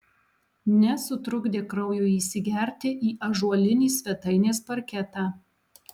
nesutrukdė kraujui įsigerti į ąžuolinį svetainės parketą